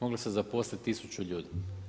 Mogli su zaposliti tisuću ljudi.